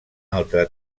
altre